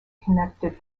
connected